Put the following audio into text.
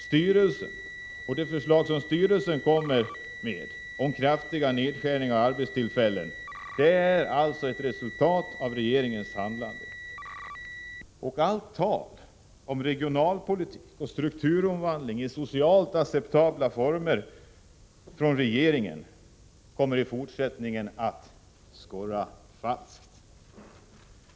Styrelsens förslag om kraftiga nedskärningar av antalet arbetstill fällen är alltså ett resultat av regeringens handlande. Allt tal från regeringen — Prot. 1986/87:104 om regionalpolitik och strukturomvandling i socialt acceptabla former 8 april 1987 kommer i fortsättningen att skorra falskt.